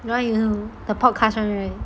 now you know the podcast one right